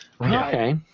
Okay